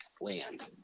land